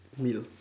meal